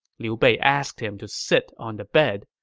liu bei asked him to sit on the bed,